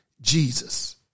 Jesus